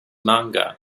manga